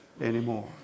anymore